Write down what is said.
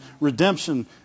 redemption